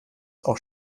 auch